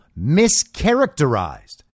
mischaracterized